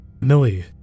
Millie